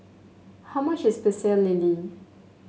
how much is Pecel Lele